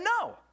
no